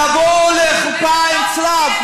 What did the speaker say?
לבוא לחופה עם צלב,